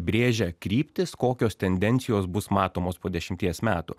brėžia kryptis kokios tendencijos bus matomos po dešimties metų